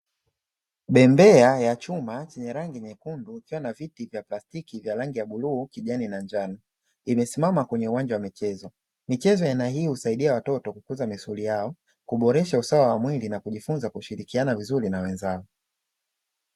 Bembea ya chuma zenye rangi nyekundu zikiwa na viti vya plastiki vyenye rangi ya: bluu, kijani na njano; imesimama kwenye uwanja wa michezo. Michezo ya aina hii husaidia watoto kukuza misuli yao kuboresha usawa wa mwili na kujifunza kushirikiana vizuri na wenzao.